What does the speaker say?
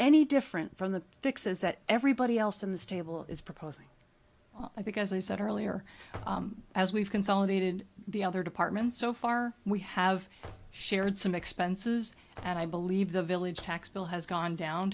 any different from the fixes that everybody else in the stable is proposing because i said earlier as we've consolidated the other departments so far we have shared some expenses and i believe the village tax bill has gone down